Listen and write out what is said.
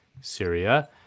Syria